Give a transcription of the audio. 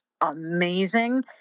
amazing